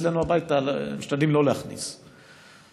אצלנו משתדלים לא להכניס הביתה.